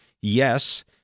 yes